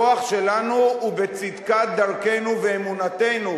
הכוח שלנו הוא בצדקת דרכנו ואמונתנו,